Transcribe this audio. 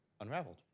unraveled